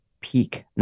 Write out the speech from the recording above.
peak